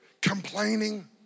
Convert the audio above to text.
complaining